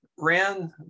ran